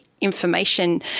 information